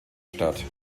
statt